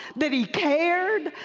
that he cared,